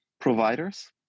Providers